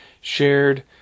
shared